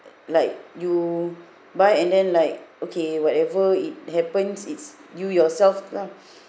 like you buy and then like okay whatever it happens it's you yourself lah